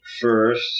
first